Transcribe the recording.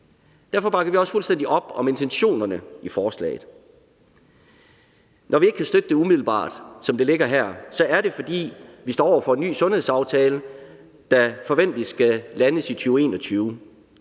Derfor bakker vi også fuldstændig op om intentionerne i forslaget. Når vi ikke kan støtte det umiddelbart, som det ligger her, er det, fordi vi står over for en ny sundhedsaftale, der forventeligt skal landes i 2021.